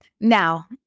Now